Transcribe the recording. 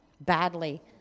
badly